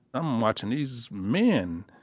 i'm watchin' these men